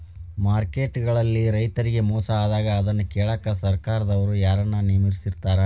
Market ಗಳಲ್ಲಿ ರೈತರಿಗೆ ಮೋಸ ಆದಾಗ ಅದನ್ನ ಕೇಳಾಕ್ ಸರಕಾರದವರು ಯಾರನ್ನಾ ನೇಮಿಸಿರ್ತಾರಿ?